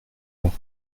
heure